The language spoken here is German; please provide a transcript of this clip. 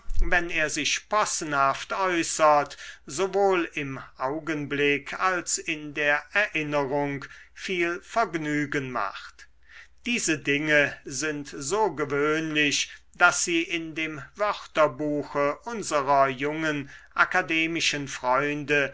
wenn er sich possenhaft äußert sowohl im augenblick als in der erinnerung viel vergnügen macht diese dinge sind so gewöhnlich daß sie in dem wörterbuche unserer jungen akademischen freunde